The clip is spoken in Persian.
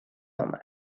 آمد